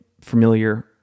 familiar